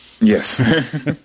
Yes